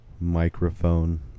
microphone